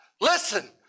Listen